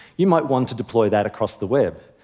you might want to deploy that across the web.